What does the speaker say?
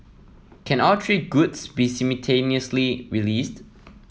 can all three goods be simultaneously realised